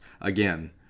again